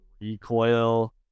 recoil